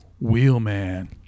Wheelman